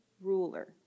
ruler